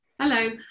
Hello